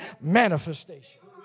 manifestation